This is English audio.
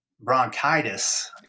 bronchitis